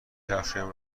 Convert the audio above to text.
کفشهایم